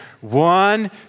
one